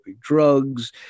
drugs